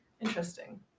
Interesting